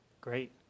Great